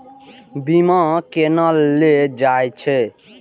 बीमा केना ले जाए छे?